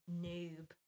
noob